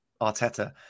Arteta